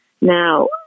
Now